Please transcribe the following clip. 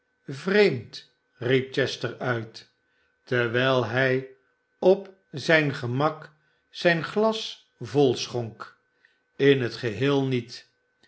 vreemd riep chester uit terwijl hij op zijn gemak zijn glas vol schonk sin het geheel niet